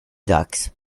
ducks